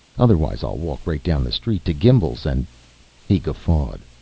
otherwise i'll walk right down the street to gimbel's and he guffawed.